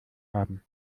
haben